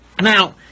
now